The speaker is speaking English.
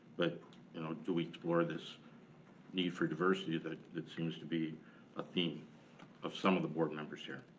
but you know do we explore this need for diversity that it seems to be a theme of some of the board members here,